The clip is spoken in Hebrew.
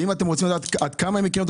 אם אתם רוצים לדעת עד כמה הם מכירים את